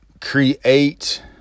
create